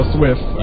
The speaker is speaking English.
Swift